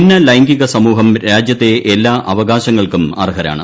ഭിന്ന ലൈംഗിക സമൂഹം രാജ്യത്തെ എല്ലാ അവകാശങ്ങൾക്കും അർഹരാണ്